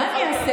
מה אני אעשה?